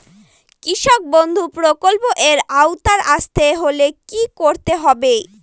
কৃষকবন্ধু প্রকল্প এর আওতায় আসতে হলে কি করতে হবে?